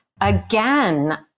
again